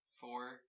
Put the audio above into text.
four